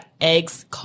eggs